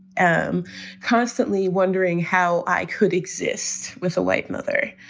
i'm constantly wondering how i could exist with a white mother.